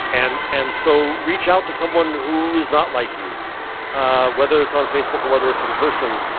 and and so, reach out to someone who is not like you ah whether it's on facebook or whether it's in person.